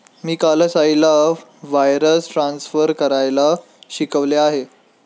मी कालच आईला wires transfer करायला शिकवले आहे